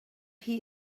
chi